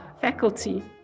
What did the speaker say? faculty